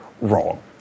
wrong